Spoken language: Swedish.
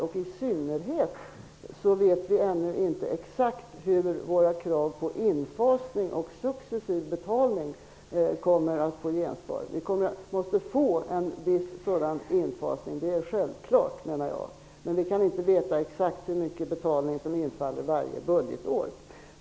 Vi vet i synnerhet ännu inte exakt hur våra krav på infasning och successiv betalning kommer att få gensvar. Det är självklart att vi måste få en viss infasning, men vi kan inte veta exakt hur stor betalning som infaller varje budgetår.